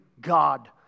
God